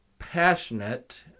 passionate